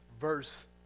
verse